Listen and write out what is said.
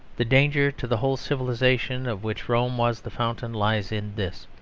the danger to the whole civilisation of which rome was the fountain lies in this.